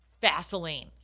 Vaseline